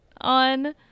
on